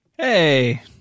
Hey